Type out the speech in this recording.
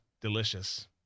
delicious